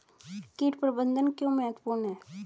कीट प्रबंधन क्यों महत्वपूर्ण है?